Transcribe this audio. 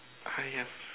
I have